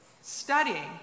studying